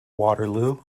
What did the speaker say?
waterloo